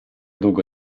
długo